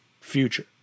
future